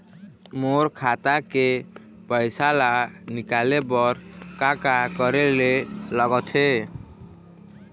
मोर खाता के पैसा ला निकाले बर का का करे ले लगथे?